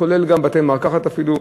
כולל גם בתי-מרקחת אפילו,